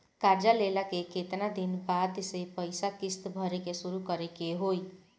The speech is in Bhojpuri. कर्जा लेला के केतना दिन बाद से पैसा किश्त भरे के शुरू करे के होई?